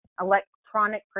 electronic